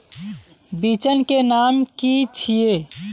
बिचन के नाम की छिये?